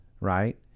right